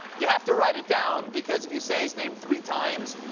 you have to write it down because if you say his name three times,